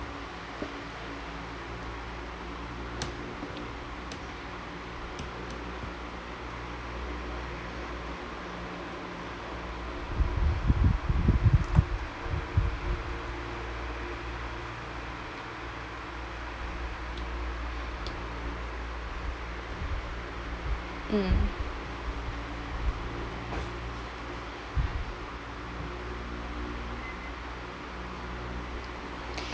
mm